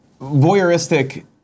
voyeuristic